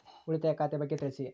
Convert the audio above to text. ಉಳಿತಾಯ ಖಾತೆ ಬಗ್ಗೆ ತಿಳಿಸಿ?